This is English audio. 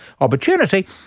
opportunity